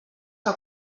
que